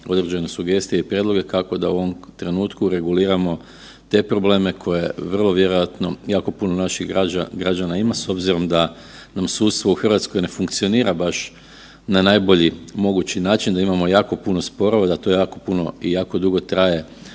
određene sugestije i prijedloge kako da u ovom trenutku reguliramo te probleme koje vrlo vjerojatno jako puno naših građana ima s obzirom da sudstvo u RH ne funkcionira baš na najbolji mogući način, da imamo jako puno sporova i da to jako puno i jako dugo traje